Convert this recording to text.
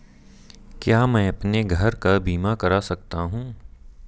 क्या मैं अपने घर का बीमा करा सकता हूँ?